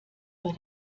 bei